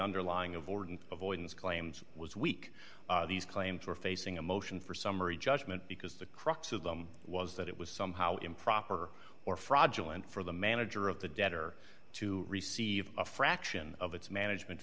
underlying of all avoidance claims was weak these claims were facing a motion for summary judgment because the crux of them was that it was somehow improper or fraudulent for the manager of the debtor to receive a fraction of its management